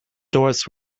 thoughts